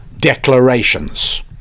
Declarations